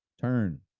turn